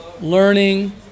learning